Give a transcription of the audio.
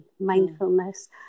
mindfulness